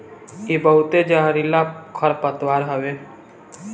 इ बहुते जहरीला खरपतवार हवे